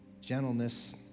gentleness